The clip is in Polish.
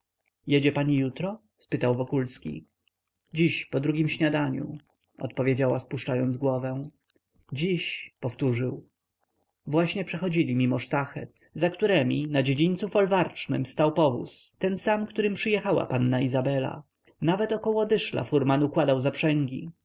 jedzie pani jutro spytał wokulski dziś po drugiem śniadaniu odpowiedziała spuszczając głowę dziś powtórzył właśnie przechodzili mimo sztachet za któremi na dziedzińcu folwarcznym stał powóz ten sam którym przyjechała panna izabela nawet około dyszla furman układał